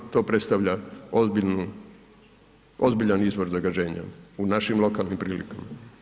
Ali, to predstavlja ozbiljan izvor zagađenja u našim lokalnim prilikama.